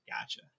Gotcha